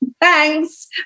Thanks